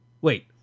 Wait